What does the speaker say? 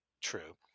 true